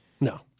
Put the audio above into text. No